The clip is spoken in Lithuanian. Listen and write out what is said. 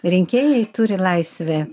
rinkėjai turi laisvę